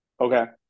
Okay